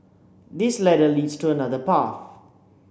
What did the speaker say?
this ladder leads to another path